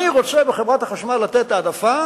אני רוצה בחברת החשמל לתת העדפה